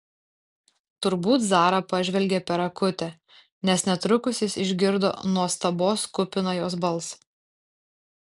turbūt zara pažvelgė per akutę nes netrukus jis išgirdo nuostabos kupiną jos balsą